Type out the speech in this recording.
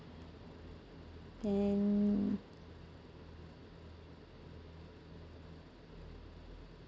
and